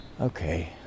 Okay